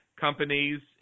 companies